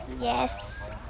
Yes